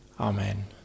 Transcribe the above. Amen